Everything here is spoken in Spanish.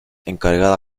encargada